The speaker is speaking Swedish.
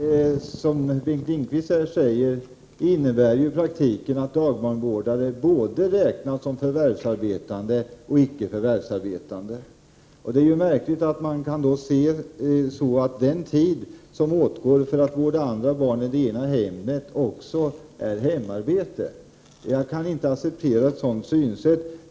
Herr talman! Det som Bengt Lindqvist säger innebär ju i praktiken att dagbarnvårdarna räknas som både förvärvsarbetande och icke förvärvsarbetande. Det är märkligt att man kan anse att den tid som åtgår för att vårda andras barn i det egna hemmet också är hemarbete. Jag kan inte acceptera ett sådant synsätt.